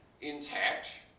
intact